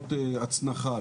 צינורות הצנחה,